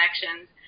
connections